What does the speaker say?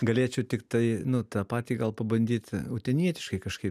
galėčiau tiktai nu tą patį gal pabandyti utenietiškai kažkaip